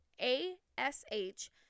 A-S-H